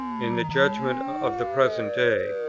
in the judgment of the present day,